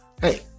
Hey